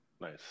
Nice